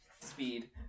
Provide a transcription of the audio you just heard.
speed